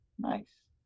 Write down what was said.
nice